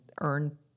earn